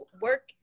work